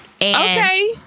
Okay